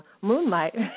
moonlight